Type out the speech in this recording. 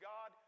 God